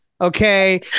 Okay